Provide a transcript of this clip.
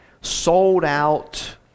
sold-out